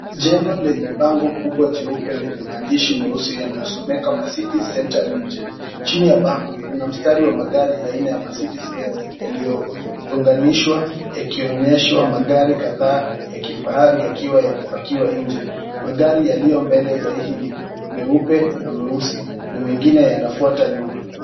Jengo lenye bango kubwa jeupe lenye maandishi meusi yanayo someka Mercedes Centre Limited. Chini ya bango kuna mistari wa magari aina ya Mercedes Benz yaliyo unganishwa yakionyeshwa magari kadhaa yakifahari yakiwa yamepakiwa nje. Magari yaliyo mbele zaidi ni meupe na meusi na mengine yanafuata nyuma.